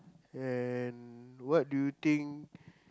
and what do you think